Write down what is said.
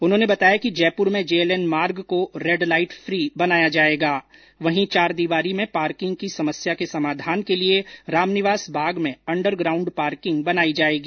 उन्होंने बताया कि जयपुर में जेएलएन मार्ग को रेड लाइट फ्री बनाया जायेगा वहीं चारदीवारी में पार्किंग की समस्या के समाधान के लिए रामनिवास बाग में अंडर ग्राउंड पार्किंग बनायी जायेगी